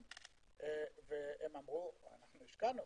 הם אמרו: השקענו.